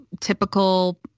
typical